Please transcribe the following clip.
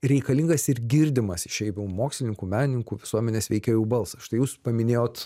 reikalingas ir girdimas išeivių mokslininkų menininkų visuomenės veikėjų balsas štai jūs paminėjot